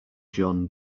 john